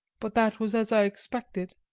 but that was as i expected.